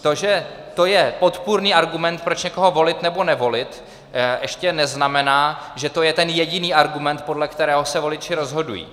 To, že to je podpůrný argument, proč někoho volit nebo nevolit, ještě neznamená, že to je ten jediný argument, podle kterého se voliči rozhodují.